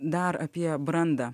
dar apie brandą